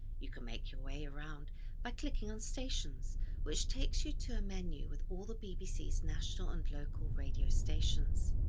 you can make your way around by clicking on stations which takes you to a menu with all the bbc's national and local radio stations.